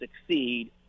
succeed